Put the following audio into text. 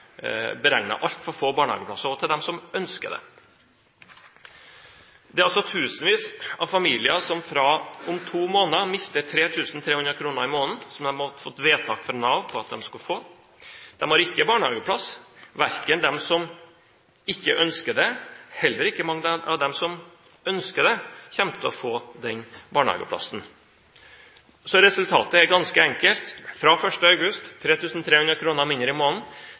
altfor få barnehageplasser, også til dem som ønsker det. Det er tusenvis av familier som om to måneder mister 3 300 kr i måneden som de har fått vedtak fra Nav om at de skal få. De har ikke barnehageplass. Verken de som ikke ønsker det, eller de som ønsker det, kommer til å få en barnehageplass. Så resultatet er ganske enkelt: Fra 1. august – 3 300 kr mindre i måneden,